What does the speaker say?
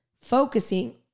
focusing